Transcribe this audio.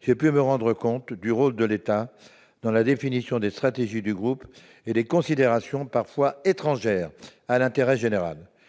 J'ai pu me rendre compte du rôle de l'État dans la définition des stratégies du groupe et des considérations parfois étrangères à l'intérêt général.